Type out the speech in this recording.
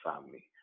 family